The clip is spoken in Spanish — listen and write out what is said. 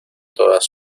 todas